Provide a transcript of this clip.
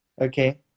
Okay